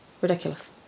Ridiculous